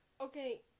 Okay